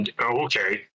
Okay